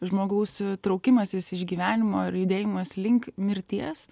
žmogaus traukimasis iš gyvenimo ir judėjimas link mirties